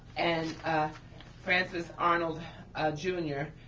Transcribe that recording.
and francis arnold jr,